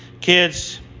Kids